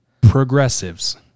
progressives